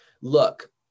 look